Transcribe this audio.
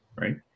right